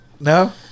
No